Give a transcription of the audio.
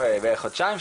בערך חודשיים,